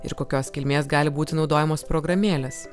ir kokios kilmės gali būti naudojamos programėlės